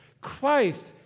Christ